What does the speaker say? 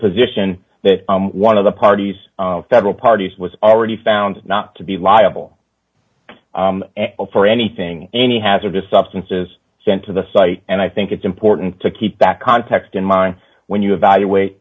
position that one of the parties federal parties was already found not to be liable for anything any hazardous substances sent to the site and i think it's important to keep that context in mind when you evaluate